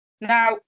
Now